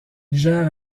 gère